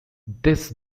this